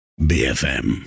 BFM